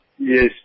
Yes